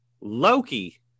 Loki